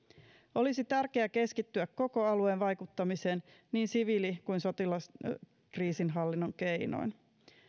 olisi tärkeää keskittyä koko alueen vaikuttamiseen niin siviili kuin sotilaskriisinhallinnan keinoin